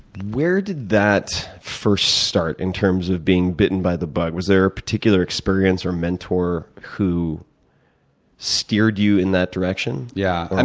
where did that first start in terms of being bitten by the bug? was there a particular experience or mentor who steered you in that direction? yeah.